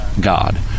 God